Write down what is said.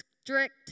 strict